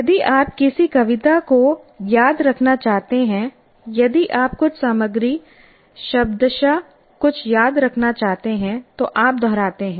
यदि आप किसी कविता को याद रखना चाहते हैं यदि आप कुछ सामग्री शब्दशः कुछ याद रखना चाहते हैं तो आप दोहराते रहें